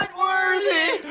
but worthy!